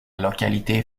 localité